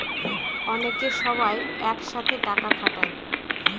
অনেকে সবাই এক সাথে টাকা খাটায়